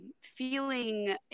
feeling